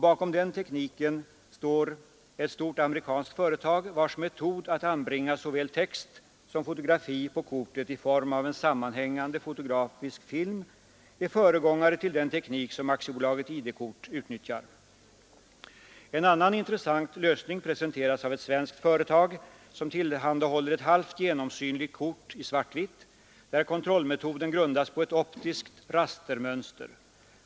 Bakom den tekniken står ett stort amerikanskt företag, vars metod att anbringa såväl text som fotografi på kortet i form av en sammanhängande fotografisk film är föregångare till den teknik som AB ID-kort utnyttjar. En annan intressant lösning presenteras av ett svenskt företag som tillhandahåller ett halvt genomsynligt kort i svart-vitt där kontrollmetoden grundar sig på ett optiskt rastermönster.